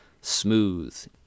smooth